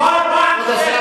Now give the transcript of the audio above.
כבוד השר,